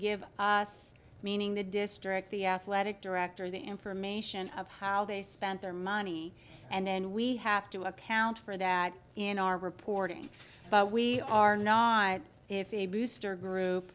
give us meaning the district the athletic director the information of how they spent their money and then we have to account for that in our reporting we are not if a booster group